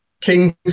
King's